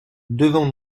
devant